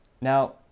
Now